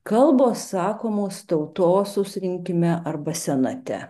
kalbos sakomos tautos susirinkime arba senate